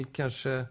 kanske